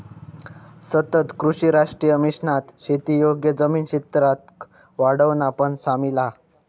सतत कृषी राष्ट्रीय मिशनात शेती योग्य जमीन क्षेत्राक वाढवणा पण सामिल हा